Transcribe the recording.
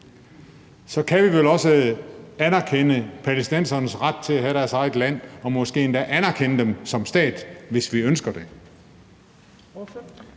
Så kan vi vel også anerkende palæstinensernes ret til at have deres eget land og måske endda anerkende dem som stat, hvis vi ønsker det.